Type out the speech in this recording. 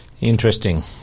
Interesting